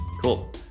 Cool